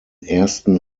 ersten